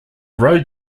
road